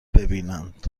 ببینند